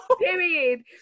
Period